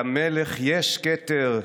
/ למלך יש כתר,